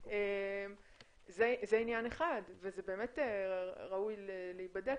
זה עניין אחד וזה באמת ראוי להיבדק,